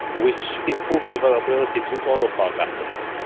which improves availability to all of our customers.